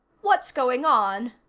what's going on?